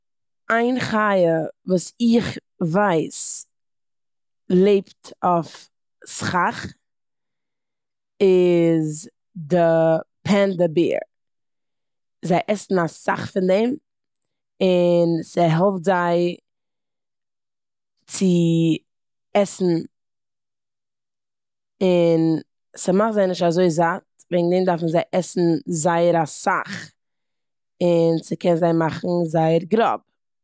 איין חי וואס איך ווייס לעבט אויף סכך איז די פענדא בער. זיי עסן אסאך פון דעם און ס'העלפט זיי צו עסן און ס'מאכט זיי נישט אזוי זאט וועגן דעם דארפן זיי עסן זייער אסאך און ס'קען זיי מאכן זייער גראב.